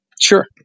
Sure